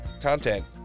content